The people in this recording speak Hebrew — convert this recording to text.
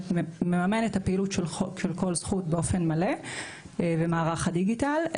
שמממן באופן מלא את הפעילות של כל זכות במערך הדיגיטל.